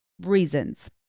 reasons